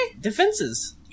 Defenses